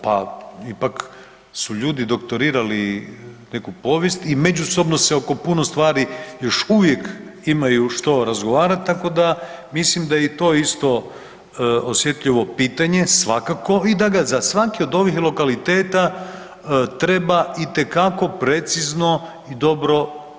Pa ipak su ljudi doktorirali neku povijest i međusobno se oko puno stvari još uvijek imaju što razgovarati tako da mislim da je i to isto osjetljivo pitanje svakako i da ga za svaki od ovih lokaliteta treba itekako precizno i dobro dogovoriti.